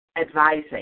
advising